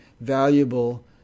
valuable